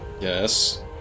Yes